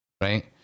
Right